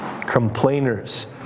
complainers